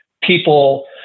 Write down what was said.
people